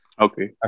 Okay